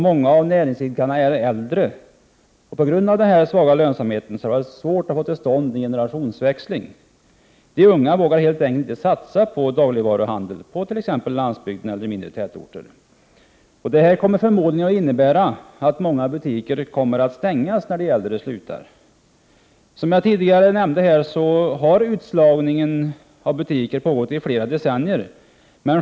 Många av näringsidkarna är äldre. På grund av den svaga lönsamheten har det varit svårt att få till stånd en generationsväxling. De unga vågar helt enkelt inte satsa på dagligvaruhandel på t.ex. landsbygden eller i mindre tätorter. Detta kommer förmodligen att innebära att många butiker kommer att stängas när de äldre slutar. Som jag tidigare nämnde har utslagningen av butiker pågått i flera decennier.